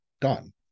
done